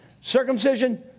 Circumcision